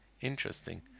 interesting